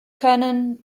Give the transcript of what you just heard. können